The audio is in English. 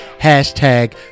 hashtag